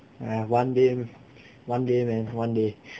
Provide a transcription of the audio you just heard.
!aiya! one day one day man one day